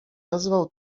nazywał